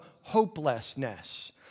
hopelessness